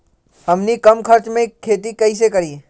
हमनी कम खर्च मे खेती कई से करी?